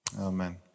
Amen